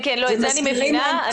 את זה אני מבינה.